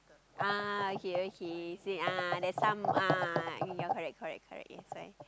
ah okay okay same ah that some ah yeah correct correct correct that's why